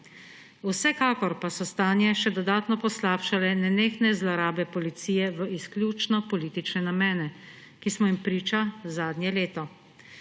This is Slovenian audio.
Vsekakor pa so stanje še dodatno poslabšale nenehne zlorabe policije v izključno politične namene, ki smo jim priča zadnje leto.